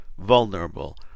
Vulnerable